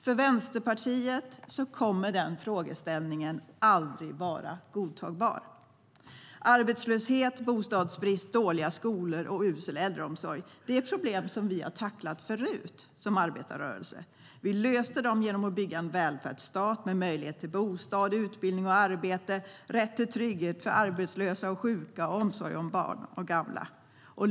För Vänsterpartiet kommer den frågeställningen aldrig att vara godtagbar. Arbetslöshet, bostadsbrist, dåliga skolor och usel äldreomsorg är problem som vi som arbetarrörelse har tacklat förr. Vi löste dem genom att bygga en välfärdsstat med möjlighet till bostad, utbildning och arbete, rätt till trygghet för arbetslösa och sjuka och omsorg om barn och gamla.